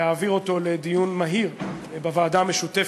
להעביר אותו לדיון מהיר בוועדה המשותפת,